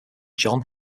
john